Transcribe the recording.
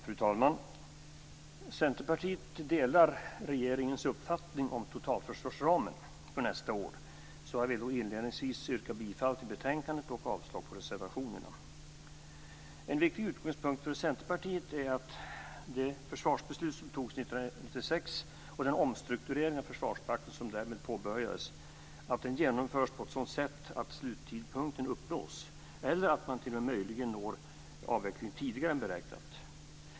Fru talman! Centerpartiet delar regeringens uppfattning om totalförsvarsramen för nästa år, så jag vill inledningsvis yrka bifall till hemställan 1 betänkandet och avslag på reservationerna. En viktig utgångspunkt för Centerpartiet är att det försvarsbeslut som togs 1996 och den omstrukturering av Försvarsmakten som därmed påbörjades genomförs på ett sådant sätt att sluttidpunkten uppnås eller att man t.o.m. möjligen når avveckling tidigare än beräknat.